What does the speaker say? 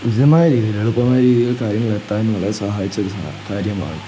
മിതമായ രീതിയിൽ എളുപ്പമായ രീതിയിൽ കാര്യങ്ങളെത്താൻ വളരെ സഹായിച്ച ഒരു കാര്യമാണ്